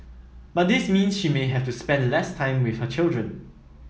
but this means she may have to spend less time with her children